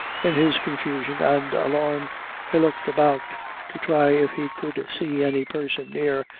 in his confusion and alarm he looked about to try if he could see any person near,